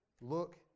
look